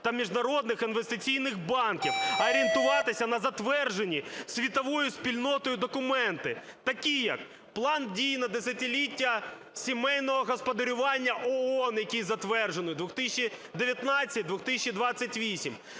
та міжнародних інвестиційних банків, а орієнтуватися на затвердженні світовою спільнотою документи такі, як План дій на десятиліття сімейного господарювання ООН, який затверджений, 2019-2028,